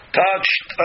touched